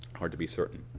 hard to be certain.